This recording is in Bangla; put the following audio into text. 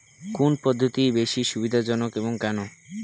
কোন পদ্ধতি বেশি সুবিধাজনক এবং কেন?